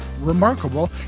remarkable